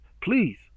please